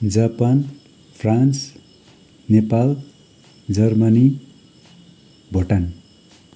Japan France Nepal Germany Bhutan